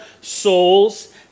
souls